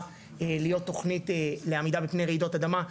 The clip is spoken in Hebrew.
להיות תוכנית לעמידה בפני רעידות אדמה,